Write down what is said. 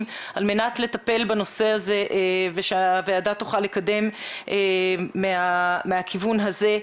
על מנת לטפל בנושא הזה ושהוועדה תוכל לקדם מהכיוון הזה.